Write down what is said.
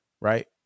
Right